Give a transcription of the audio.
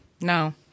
No